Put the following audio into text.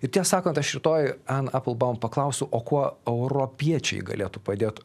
ir tiesą sakant aš rytoj en eplbaum paklausiu o kuo europiečiai galėtų padėt